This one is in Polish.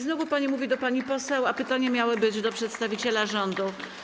Znowu pani mówi do pani poseł, a pytania miały być do przedstawiciela rządu.